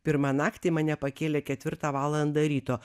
pirmą naktį mane pakėlė ketvirtą valandą ryto